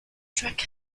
track